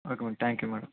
okay madam thank you madam